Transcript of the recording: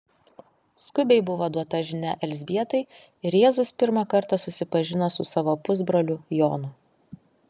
skubiai buvo duota žinia elzbietai ir jėzus pirmą kartą susipažino su savo pusbroliu jonu